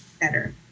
better